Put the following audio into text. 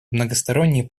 многосторонние